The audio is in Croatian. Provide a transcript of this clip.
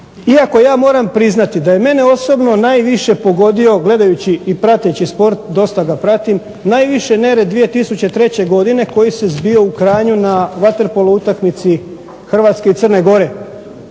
Iako ja moram priznati da je mene osobno najviše pogodio, gledajući i prateći sport, dosta ga pratim, najviše nered 2003. godine koji se zbio u Kranju na vaterpolo utakmici Hrvatske i Crne Gore.